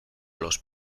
los